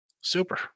Super